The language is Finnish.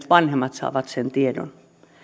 vanhemmat saavat sen tiedon